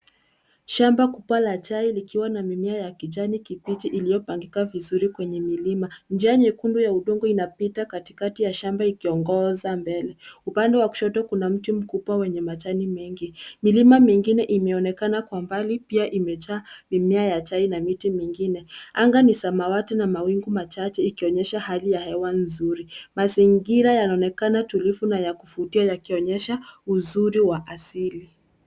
Shamba kubwa la chai likiwa na mimea ya kijani kibichi iliyopangika vizuri kwenye milima. Njia nyekundu ya udongo inapita katikati ya shamba ikiongoza mbele. Upande wa kushoto kuna mti mkubwa wenye majani mengi. Milima mingine imeonekana kwa mbali pia imejaa mimea ya chai na miti mingine. Anga ni samawati na mawingu machache ikionyesha hali ya hewa nzuri. Mazingira yanaonekana tulivu na ya kuvutia yakionyesha uzuri wa asili.